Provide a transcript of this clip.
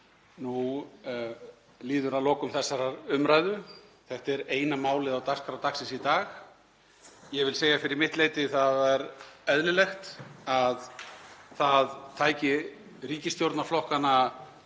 Nú líður að lokum þessarar umræðu. Þetta er eina málið á dagskrá dagsins í dag. Ég vil segja fyrir mitt leyti að það var eðlilegt að það tæki ríkisstjórnarflokkana